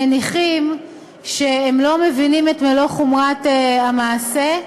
מניחים שהם לא מבינים את מלוא חומרת המעשה,